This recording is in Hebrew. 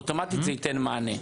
אוטומטית זה ייתן מענה.